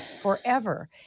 forever